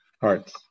hearts